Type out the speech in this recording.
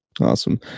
awesome